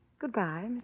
Goodbye